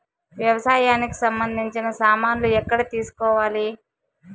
వ్యవసాయానికి సంబంధించిన సామాన్లు ఎక్కడ తీసుకోవాలి?